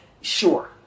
Sure